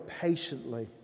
patiently